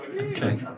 Okay